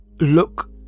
look